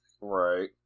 Right